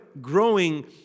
growing